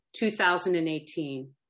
2018